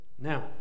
Now